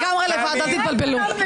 אני מסתדרת לגמרי לבד, אל תתבלבלו.